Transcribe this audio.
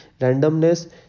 randomness